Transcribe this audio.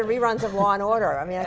a reruns of law and order i mean